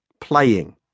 Playing